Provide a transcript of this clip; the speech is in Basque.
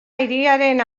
hiriaren